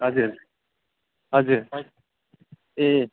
हजुर हजुर हजुर ए